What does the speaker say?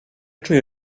czuję